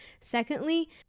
Secondly